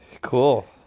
Cool